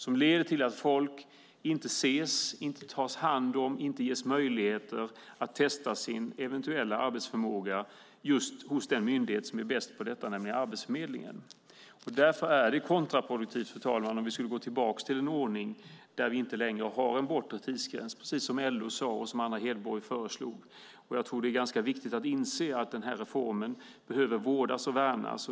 Det leder till att folk inte ses, inte tas om hand, inte ges möjligheter att testa sin eventuella arbetsförmåga hos den myndighet som är bäst på detta, nämligen Arbetsförmedlingen. Därför är det kontraproduktivt, fru talman, att gå tillbaka till en ordning utan en bortre tidsgräns - precis som LO sade och Anna Hedborg föreslog. Det är viktigt att inse att reformen behöver vårdas och värnas.